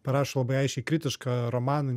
parašo labai aiškiai kritišką romaną